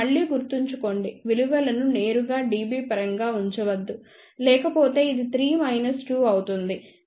మళ్ళీ గుర్తుంచుకోండి విలువలను నేరుగా dB పరంగా ఉంచవద్దు లేకపోతే ఇది 3 మైనస్ 2 అవుతుంది